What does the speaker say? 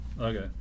Okay